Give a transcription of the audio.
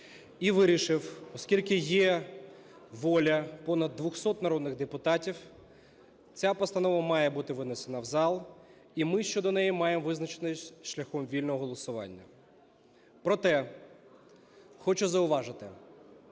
і вирішив: оскільки є воля понад 200 народних депутатів, ця постанова має бути винесена в зал, і ми щодо неї маємо визначитись шляхом вільного голосування. Проте хочу зауважити,